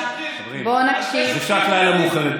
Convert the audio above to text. הוא הוסיף אלפי שוטרים.